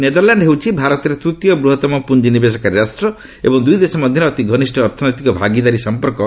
Netherland ହେଉଛି ଭାରତରେ ତୂତୀୟ ବୂହତ୍ତମ ପୁଞ୍ଜିନିବେଶକାରୀ ରାଷ୍ଟ୍ର ଏବଂ ଦୁଇ ଦେଶ ମଧ୍ୟରେ ଅତି ଘନିଷ୍ଠ ଅର୍ଥନୀତିକ ଭାଗିଦାରୀ ସମ୍ପର୍କ ରହିଆସିଛି